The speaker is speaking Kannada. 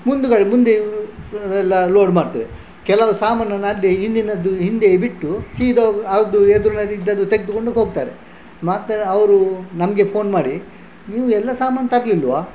ಮುಂದುಗಡೆ ಮುಂದೆ ಎಲ್ಲ ಲೋಡ್ ಮಾಡ್ತೇವೆ ಕೆಲವು ಸಾಮಾನನ್ನು ಅಡ್ಡಿ ಹಿಂದಿನದ್ದು ಹಿಂದೆಯೇ ಬಿಟ್ಟು ಸೀದ ಅದು ಎದುರಿನಲ್ಲಿದ್ದದ್ದು ತೆಗೆದ್ಕೊಂಡು ಹೋಗ್ತಾರೆ ಮತ್ತು ಅವರು ನಮಗೆ ಫೋನ್ ಮಾಡಿ ನೀವು ಎಲ್ಲ ಸಾಮಾನು ತರಲಿಲ್ವ